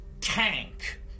tank